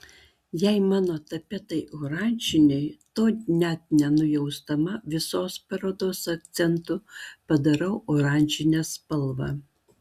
jei mano tapetai oranžiniai to net nenujausdama visos parodos akcentu padarau oranžinę spalvą